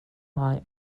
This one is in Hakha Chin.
hmai